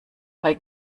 bei